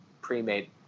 pre-made